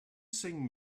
sing